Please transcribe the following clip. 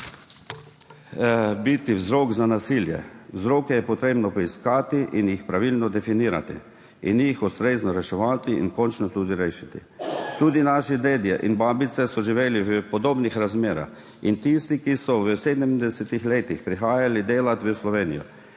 biti vzrok za nasilje. Vzroke je potrebno poiskati in jih pravilno definirati in jih ustrezno reševati in končno tudi rešiti. Tudi naši dedje in babice so živeli v podobnih razmerah in tisti, ki so v 70 letih prihajali delat v Slovenijo,